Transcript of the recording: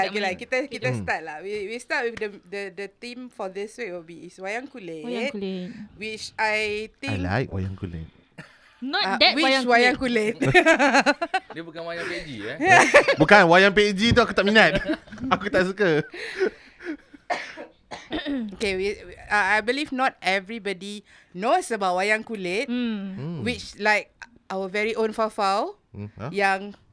Okay, Tak like, main. kita- kita Hmm. start lah. We- we start with the- the- the theme for this week will be is wayang kulit, Wayang kulit. which I I think- like wayang kulit. Not Uh, that which wayang kulit. wayang kulit? Dia bukan wayang PG, eh? Bukan, wayang PG tu aku tak minat. Aku tak suka. Okay, we- we- I- I believe not everybody knows about wayang kulit, Hmm. Hmm. which, like, our very own Fafau Hmm, huh? yang